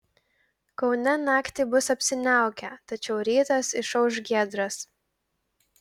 kaune naktį bus apsiniaukę tačiau rytas išauš giedras